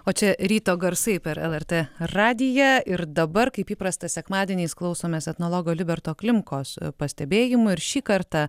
o čia ryto garsai per lrt radiją ir dabar kaip įprasta sekmadieniais klausomės etnologo liberto klimkos pastebėjimų ir šį kartą